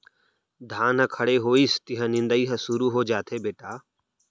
धान ह खड़े होइस तिहॉं निंदई ह सुरू हो जाथे बेटा